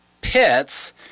pits